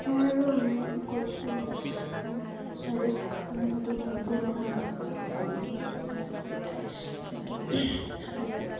সেয়াই আৰু আমি কৈছো চৰাইদেউ চাবলৈ যিহেতু বহুত দূৰ নহয় আমিও যাওঁ চাবলৈ ইমান ধুনীয়া এখন ঠাই যিহেতু আৰু ইয়াত